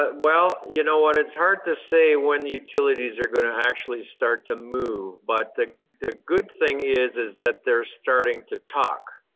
but well, you know what it's hard to say when utilities are going to actually start to move but the the good thing is is that they're starting to talk.